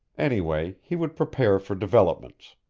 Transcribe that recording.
anyway, he would prepare for developments.